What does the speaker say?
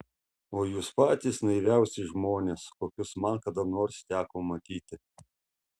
o jūs patys naiviausi žmonės kokius man kada nors teko matyti